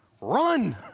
run